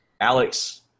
Alex